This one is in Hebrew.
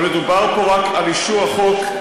אבל מדובר פה רק על אישור החוק,